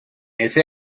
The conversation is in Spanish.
ese